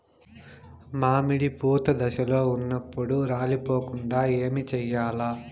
మామిడి పూత దశలో ఉన్నప్పుడు రాలిపోకుండ ఏమిచేయాల్ల?